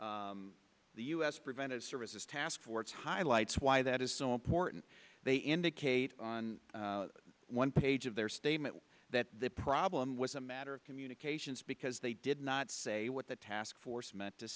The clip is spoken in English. paper the u s preventive services task force highlights why that is so important they indicate on one page of their statement that the problem was a matter of communications because they did not say what the task force meant to